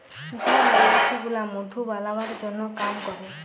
যে মমাছি গুলা মধু বালাবার জনহ কাম ক্যরে